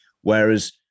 whereas